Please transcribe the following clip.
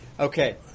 Okay